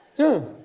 yeah